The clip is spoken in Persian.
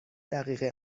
دقیقه